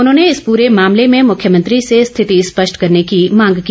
उन्होंने इस पूरे मामले में मुख्यमंत्री से स्थिति स्पष्ट करने की मांग की